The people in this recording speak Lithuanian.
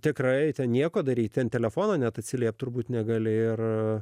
tikrai ten nieko daryti ant telefono net atsiliepti turbūt negali ir